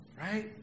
right